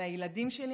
על הילדים שלי,